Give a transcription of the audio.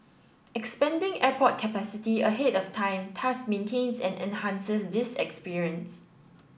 expanding airport capacity ahead of time thus maintains and enhances this experience